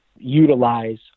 utilize